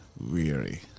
weary